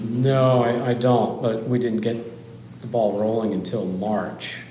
knowing i don't but we didn't get the ball rolling until march